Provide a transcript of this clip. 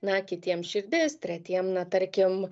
na kitiem širdis tretiem na tarkim